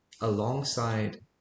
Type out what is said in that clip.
alongside